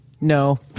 No